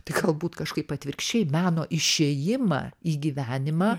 tai galbūt kažkaip atvirkščiai meno išėjimą į gyvenimą